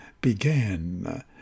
began